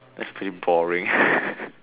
that's pretty boring